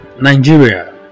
Nigeria